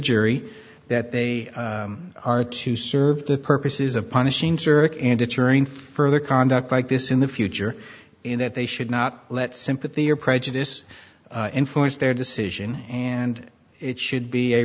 jury that they are to serve the purposes of punishing zurich and deterring further conduct like this in the future and that they should not let sympathy or prejudice influence their decision and it should be a